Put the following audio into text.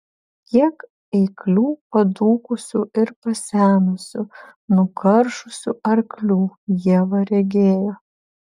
kiek eiklių padūkusių ir pasenusių nukaršusių arklių ieva regėjo